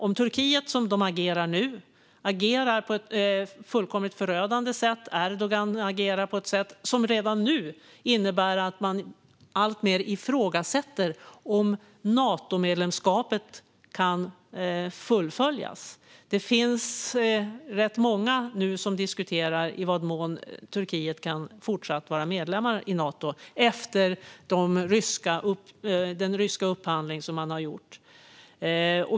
Om Turkiet och Erdogan agerar på ett fullkomligt förödande sätt, som de gör nu, innebär det redan nu att man alltmer ifrågasätter om deras Natomedlemskap kan fullföljas. Det finns rätt många nu som diskuterar i vad mån Turkiet fortsatt kan vara medlem i Nato efter den ryska upphandling som de har gjort.